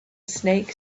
snake